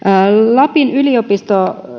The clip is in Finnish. lapin yliopisto